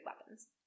weapons